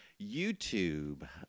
YouTube